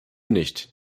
nicht